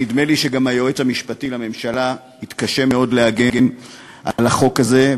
נדמה לי שגם היועץ המשפטי לממשלה יתקשה מאוד להגן על החוק הזה,